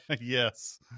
yes